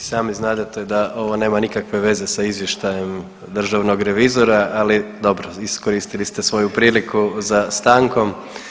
I sami znadete da ovo nema nikakve veze sa Izvještajem državnog revizora, ali dobro, iskoristili ste svoju priliku za stankom.